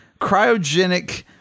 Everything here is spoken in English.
cryogenic